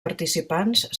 participants